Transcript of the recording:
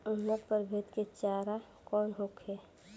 उन्नत प्रभेद के चारा कौन होखे?